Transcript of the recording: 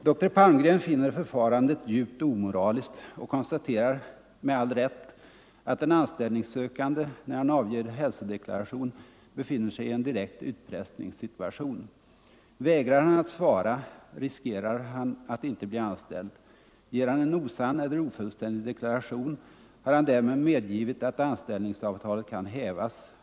Doktor Palmgren finner förfarandet ”djupt omoraliskt” och konstaterar med all rätt att den anställningssökande, när han avger hälsodeklaration, befinner sig i en direkt utpressningssituation: ” Vägrar han att svara, riskerar han att inte bli anställd. Ger han en osann eller ofullständig deklaration, har han därmed medgivit att anställningsavtalet kan hävas.